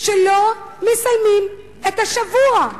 שלא מסיימות את השבוע,